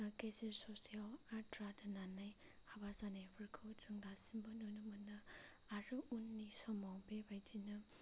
बा गेजेर ससेआव आद्रा दोननानै हाबा जानायफोरखौ जों दासिमबो नुनो मोनो आरो उननि समाव बेबायदिनो